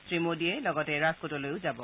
শ্ৰী মোডীয়ে লগতে ৰাজকোটলৈ যাব